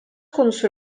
konusu